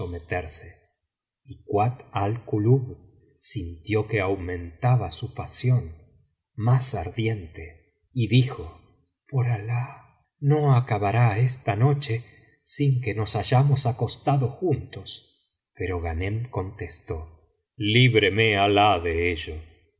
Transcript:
someterse y kuat al kulub sintió que au mentaba su pasión más ardiente y dijo por alah no acabará esta noche sin que nos hayamos acostado juntos pero ghanem contestó líbreme alah de ello